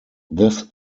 this